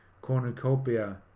Cornucopia